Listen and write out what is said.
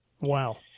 Wow